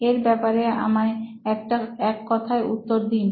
এর ব্যাপারে আমায় এক কথায় উত্তর দিন